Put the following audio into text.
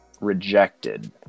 rejected